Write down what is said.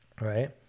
Right